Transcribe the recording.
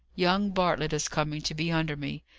young bartlett is coming to be under me.